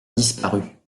disparut